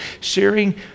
sharing